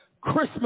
Christmas